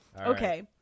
Okay